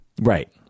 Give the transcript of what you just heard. Right